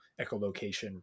echolocation